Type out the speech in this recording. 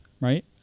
right